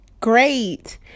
Great